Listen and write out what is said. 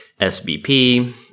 SBP